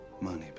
Money